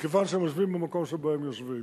מכיוון שהם יושבים במקום שבו הם יושבים,